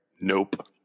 Nope